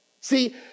See